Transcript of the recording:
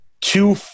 Two